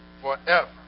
forever